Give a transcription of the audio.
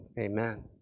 Amen